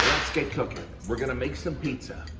get cookin'. we're gonna make some pizza.